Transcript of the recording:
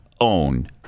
own